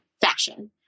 fashion